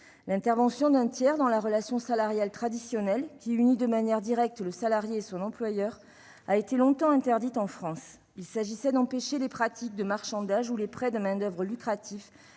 L'intervention d'un tiers dans la relation salariale traditionnelle, qui unit de manière directe le salarié et son employeur, a été longtemps interdite en France. Il s'agissait d'empêcher les pratiques de marchandage ou les prêts de main-d'oeuvre lucratifs